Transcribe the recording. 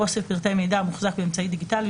אוסף פרטי מידע המוחזק באמצעי דיגיטלי,